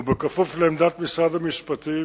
ובכפוף לעמדת משרד המשפטים,